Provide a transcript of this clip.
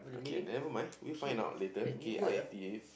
okay nevermind we'll find out later K I T